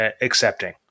accepting